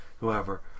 whoever